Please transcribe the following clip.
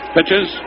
Pitches